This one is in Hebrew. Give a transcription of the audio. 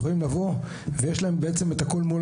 יכולים לבוא ויש להם בעצם את הכול מול